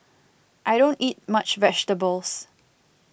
I don't eat much vegetables